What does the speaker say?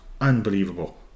Unbelievable